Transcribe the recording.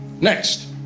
Next